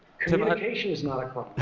communication is not a crime,